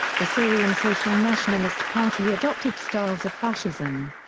the syrian social nationalist party adopted styles of fascism.